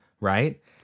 right